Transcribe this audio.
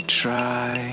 try